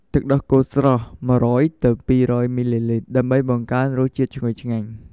ទឹកដោះគោស្រស់ ១០០-២០០ មីលីលីត្រ ដើម្បីបង្កើនរសជាតិឈ្ងុយឆ្ងាញ់។